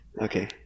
Okay